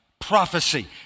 Prophecy